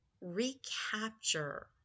recapture